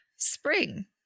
Spring